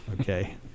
okay